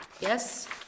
yes